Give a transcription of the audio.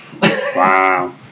Wow